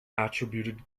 attributed